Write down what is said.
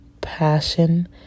passion